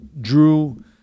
drew